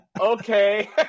okay